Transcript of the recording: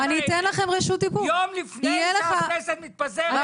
יום לפני שהכנסת מתפזרת?